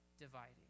dividing